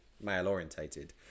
male-orientated